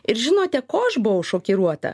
ir žinote ko aš buvau šokiruota